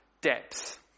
depth